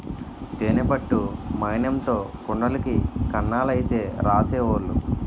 తేనె పట్టు మైనంతో కుండలకి కన్నాలైతే రాసేవోలు